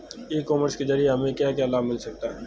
ई commerce के ज़रिए हमें क्या क्या लाभ मिल सकता है?